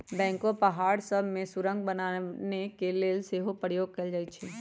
backhoe पहाड़ सभ में सुरंग बनाने के लेल सेहो प्रयोग कएल जाइ छइ